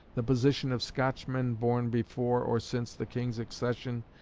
the position of scotchmen born before or since the king's accession,